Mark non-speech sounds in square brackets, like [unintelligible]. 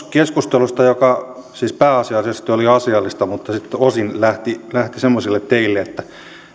[unintelligible] keskustelusta joka siis pääasiallisesti oli asiallista mutta sitten osin lähti lähti semmoisille teille että